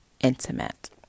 intimate